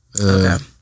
Okay